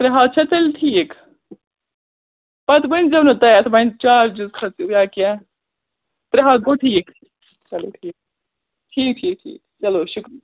ترٛےٚ ہَتھ چھَ تیٚلہِ ٹھیٖک پَتہٕ ؤنۍ زیٚو نہٕ تَتٮ۪تھ وۅنۍ چارجِز کھٔژِو یا کیٚنٛہہ ترٛےٚ ہَتھ گوٚو ٹھیٖک چلو ٹھیٖک ٹھیٖک ٹھیٖک ٹھیٖک چلو شُکریہ